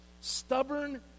stubborn